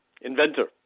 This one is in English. inventor